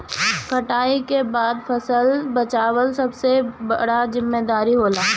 कटाई के बाद फसल बचावल सबसे बड़का जिम्मेदारी होला